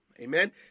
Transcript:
amen